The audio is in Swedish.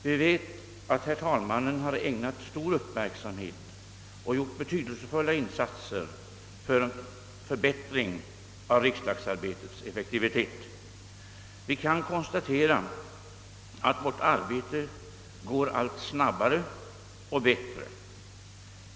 Vi vet att herr talmannen har äg nat stor uppmärksamhet och gjort betydelsefulla insatser för en förbättring av riksdagsarbetets effektivitet. Vi kan konstatera att vårt arbete går allt snabbare och bättre.